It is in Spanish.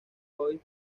boys